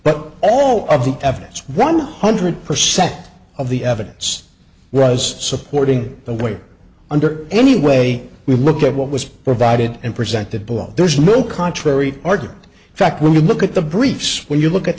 but all of the evidence one hundred percent of the evidence was supporting the way under any way we look at what was provided and presented below there's no contrary argument in fact when you look at the briefs when you look at